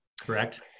correct